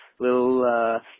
little